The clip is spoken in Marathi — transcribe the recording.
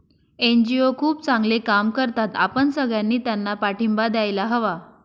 एन.जी.ओ खूप चांगले काम करतात, आपण सगळ्यांनी त्यांना पाठिंबा द्यायला हवा